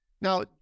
Now